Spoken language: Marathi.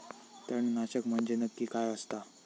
तणनाशक म्हंजे नक्की काय असता?